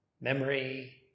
memory